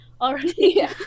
already